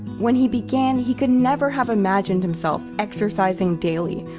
when he began, he could never have imagined himself exercising daily,